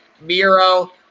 Miro